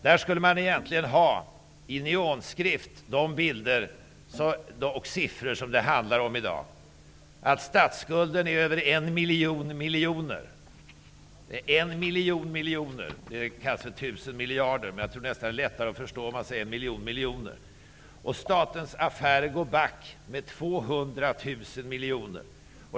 Där skulle man egentligen i neonskrift visa de siffror som det handlar om i dag. Statsskulden är över 1 miljon miljoner. Det kallas för 1 000 miljarder, men jag tror nästan att det är lättare att förstå om man säger 1 miljon miljoner. Statens affärer går back med 200 000 miljoner.